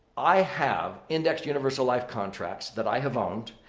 i have indexed universal life contracts that i have owned.